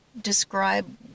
describe